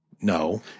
No